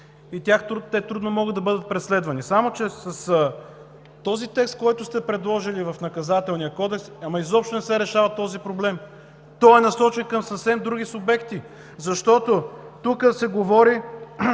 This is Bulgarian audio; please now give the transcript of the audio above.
те трудно могат да бъдат преследвани. Само че с този текст, който сте предложили в Наказателния кодекс, ама изобщо не се решава този проблем. Той е насочен към съвсем други субекти. Защото тук се говори: